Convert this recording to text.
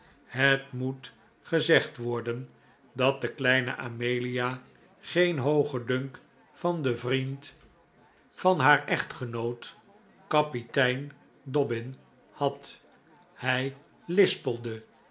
het moet gezegd worden dat de kleine amelia geen hoogen dunk van den vriend van haar echtgenoot kapitein dobbin had hij lispelde